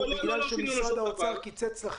או בגלל שמשרד האוצר קיצץ לכם?